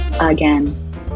again